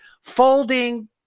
folding